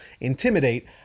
Intimidate